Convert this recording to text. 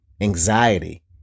anxiety